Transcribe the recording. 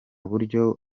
buryo